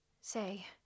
Say